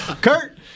Kurt